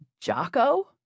Jocko